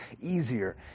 easier